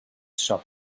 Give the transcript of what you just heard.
shop